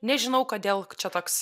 nežinau kodėl čia toks